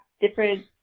different